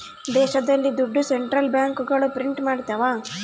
ದೇಶದಲ್ಲಿ ದುಡ್ಡು ಸೆಂಟ್ರಲ್ ಬ್ಯಾಂಕ್ಗಳು ಪ್ರಿಂಟ್ ಮಾಡ್ತವ